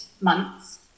months